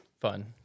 fun